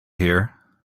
here